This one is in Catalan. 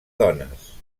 dones